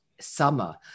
summer